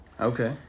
Okay